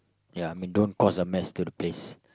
ya I mean don't cause a mess to the place